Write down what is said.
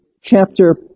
chapter